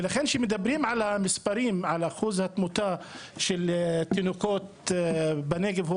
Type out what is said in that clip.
וכשמדברים על המספרים של אחוז התמותה בקרב תינוקות בנגב ואומרים שהוא